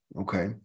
okay